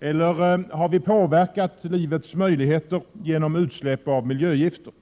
Eller har vi påverkat livets möjligheter genom utsläpp av miljögifter?